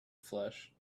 flesh